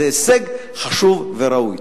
זה הישג חשוב וראוי.